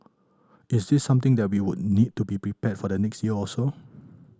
is this something that we would need to be prepared for the next year or so